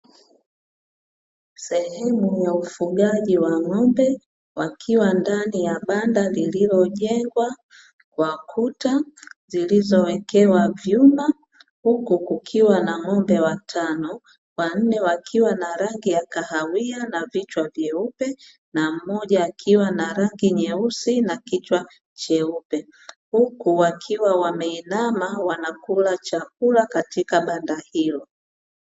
Sehemu ya ufugaji wa ng'ombe wakiwa ndani ya banda lilijengwa kwa kuta zilizowekewa vyumba, huku kukiwa na ng'ombe watano wanne wakiwa na rangi ya kahawia na vichwa vyeupe na mmoja akiwa na rangi nyeusi na kichwa cheupe huku wakiwa wameinama wakila chakula katika banda hilo.